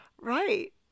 Right